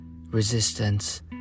resistance